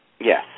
Yes